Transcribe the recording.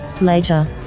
Later